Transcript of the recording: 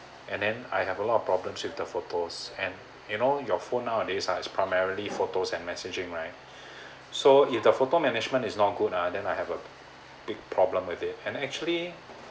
and then I have a lot of problems with the photos and you know your phone nowadays ah is primarily photos and messaging right so if the photo management is not good ah then I have a big problem with it and actually